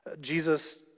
Jesus